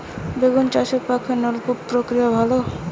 বেগুন চাষের পক্ষে নলকূপ প্রক্রিয়া কি ভালো?